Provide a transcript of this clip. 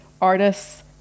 artists